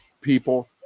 people